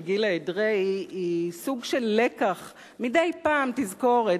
של גילה אדרעי, היא סוג של לקח, מדי פעם תזכורת.